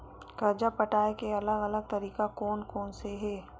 कर्जा पटाये के अलग अलग तरीका कोन कोन से हे?